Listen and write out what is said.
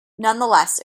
nonetheless